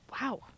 wow